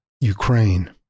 Ukraine